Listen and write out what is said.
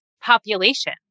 population